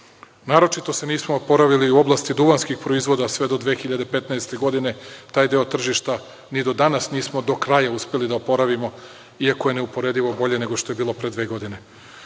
prihoda. Naročito se nismo oporavili u oblasti duvanskih proizvoda sve do 2015. godine, taj deo tržišta ni do danas nismo do kraja uspeli da oporavimo iako je neuporedivo bolje nego što je bilo pre dve godine.U